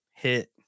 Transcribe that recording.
hit